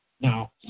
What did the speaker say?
Now